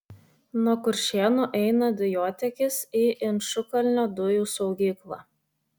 nuo kuršėnų eina dujotiekis į inčukalnio dujų saugyklą